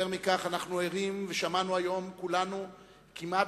יותר מכך, אנחנו ערים ושמענו היום כולנו כמעט